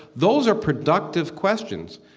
those are productive questions.